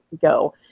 go